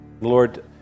Lord